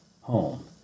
home